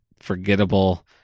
forgettable